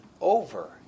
over